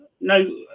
no